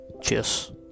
Cheers